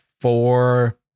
four